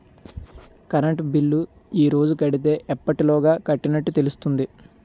Current bill ఈ రోజు కడితే ఎప్పటిలోగా కట్టినట్టు తెలుస్తుంది?